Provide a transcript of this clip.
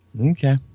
Okay